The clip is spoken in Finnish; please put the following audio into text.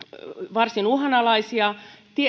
varsin uhanalaisia